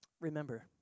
remember